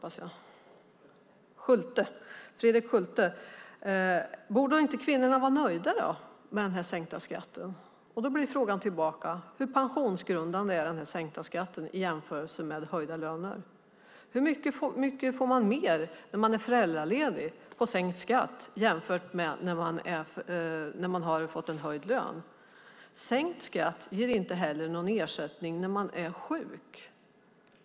Då frågar Fredrik Schulte: Borde inte kvinnorna vara nöjda med den sänkta skatten? Frågan tillbaka blir: Hur pensionsgrundande är den sänkta skatten i jämförelse med höjda löner? Hur mycket mer får man när man är föräldraledig av sänkt skatt jämfört med när man fått en höjd lön? Sänkt skatt ger inte heller någon ersättning när man är sjuk.